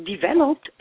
developed